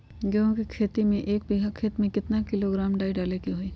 गेहूं के खेती में एक बीघा खेत में केतना किलोग्राम डाई डाले के होई?